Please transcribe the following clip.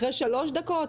אחרי שלוש דקות?